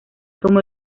como